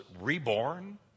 reborn